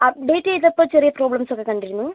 update ചെയ്തപ്പം ചെറിയ problems ഒക്കെ കണ്ടിരുന്നു